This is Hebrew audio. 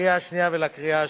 לקריאה השנייה ולקריאה השלישית.